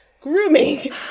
grooming